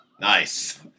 Nice